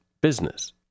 business